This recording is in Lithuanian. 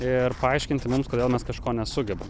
ir paaiškinti mums kodėl mes kažko nesugebam